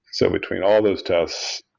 so between all those tests,